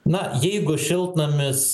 na jeigu šiltnamis